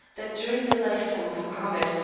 that during the lifetime of mohammed,